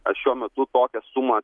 šiuo metu tokią sumą